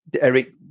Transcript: Eric